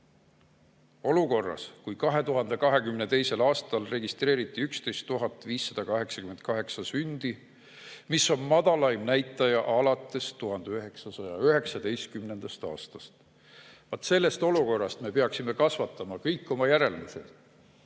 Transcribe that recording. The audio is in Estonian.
olukorras, kui 2022. aastal registreeriti 11 588 sündi, mis on madalaim näitaja alates 1919. aastast. Vaat sellest olukorrast me peaksime tegema kõik oma järeldused.